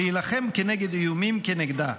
להילחם כנגד איומים כנגדה,